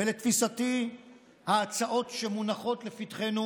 ולתפיסתי ההצעות שמונחות לפתחנו